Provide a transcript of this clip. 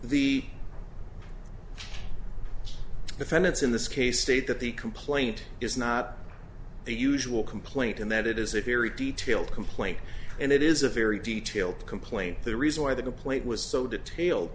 the defendants in this case state that the complaint is not the usual complaint and that it is a very detailed complaint and it is a very detailed complaint the reason why the complaint was so detailed